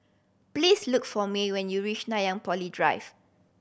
please look for Mae when you reach Nanyang Poly Drive